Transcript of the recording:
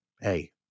Hey